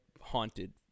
haunted